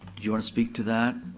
you wanna speak to that?